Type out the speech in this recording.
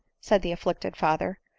said the afflicted father.